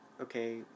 okay